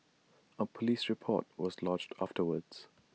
A Police report was lodged afterwards